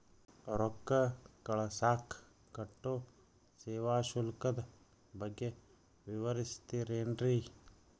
ರೊಕ್ಕ ಕಳಸಾಕ್ ಕಟ್ಟೋ ಸೇವಾ ಶುಲ್ಕದ ಬಗ್ಗೆ ವಿವರಿಸ್ತಿರೇನ್ರಿ?